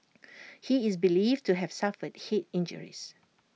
he is believed to have suffered Head injuries